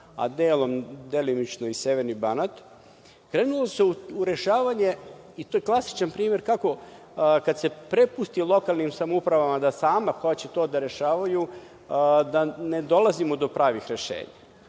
a delimično i Severni Banat. Krenulo se u rešavanje, i to je klasičan primer, kako kad se prepusti lokalnim samoupravama da same hoće to da rešavaju, da ne dolazimo do pravih rešenja. Postoji